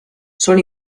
són